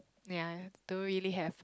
ya don't really have